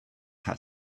had